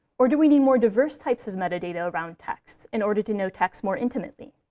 or do we need more diverse types of metadata around texts in order to know texts more intimately?